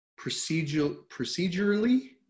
procedurally